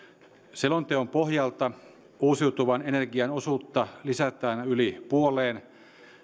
selonteon pohjalta uusiutuvan energian osuutta lisätään yli puoleen